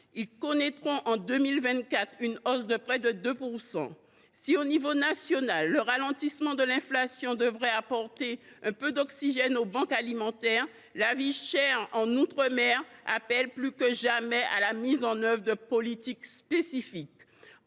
Ils connaîtront en 2024 une hausse de près de 2 %. Au niveau national, le ralentissement de l’inflation devrait donner un peu d’oxygène aux banques alimentaires, mais la vie chère en outre mer appelle plus que jamais la mise en œuvre de politiques spécifiques.